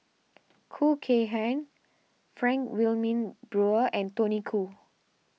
Khoo Kay Hian Frank Wilmin Brewer and Tony Khoo